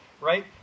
right